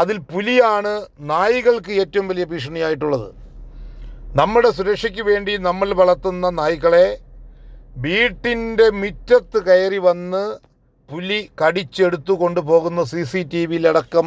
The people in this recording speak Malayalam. അതിൽ പുലിയാണ് നായ്കൾക്ക് ഏറ്റവും വലിയ ഭീഷണിയായിട്ടുള്ളത് നമ്മുടെ സുരക്ഷക്ക് വേണ്ടി നമ്മൾ വളർത്തുന്ന നായ്ക്കളെ വീട്ടിൻ്റെ മിറ്റത്ത് കയറി വന്ന് പുലി കടിച്ചെടുത്തു കൊണ്ടുപോകുന്നത് സി സി റ്റി വീ ൽ അടക്കം